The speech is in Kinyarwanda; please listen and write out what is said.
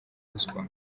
ruswa